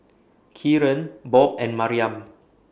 Kieran Bob and Maryam